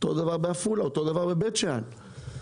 אותו דבר בעפולה ובבית שאן.